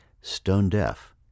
stone-deaf